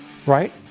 right